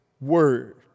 word